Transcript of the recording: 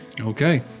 Okay